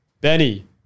Benny